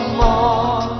more